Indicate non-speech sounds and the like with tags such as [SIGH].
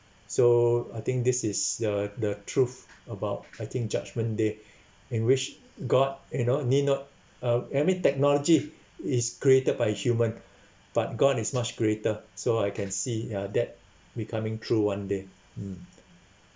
so I think this is the the truth about I think judgment day [BREATH] in which god you know need not uh any technology is created by human [BREATH] but god is much greater so I can see ya that becoming true one day mm